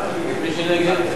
ומי שנגד?